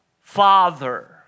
Father